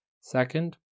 Second